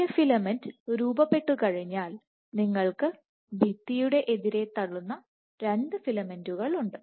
പുതിയ ഫിലമെന്റ് രൂപപ്പെട്ടുകഴിഞ്ഞാൽ നിങ്ങൾക്ക് ഭിത്തിയുടെ എതിരെ തള്ളുന്ന 2 ഫിലമെന്റുകൾ ഉണ്ട്